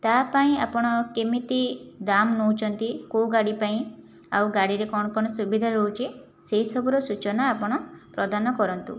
ତା' ପାଇଁ ଆପଣ କେମିତି ଦାମ୍ ନେଉଛନ୍ତି କେଉଁ ଗାଡ଼ି ପାଇଁ ଆଉ ଗାଡ଼ିରେ କ'ଣ କଣ ସୁବିଧା ରହୁଛି ସେହିସବୁର ସୂଚନା ଆପଣ ପ୍ରଦାନ କରନ୍ତୁ